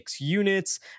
units